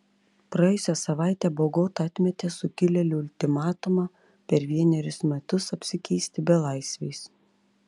praėjusią savaitę bogota atmetė sukilėlių ultimatumą per vienerius metus apsikeisti belaisviais